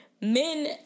men